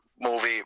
movie